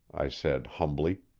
i said humbly.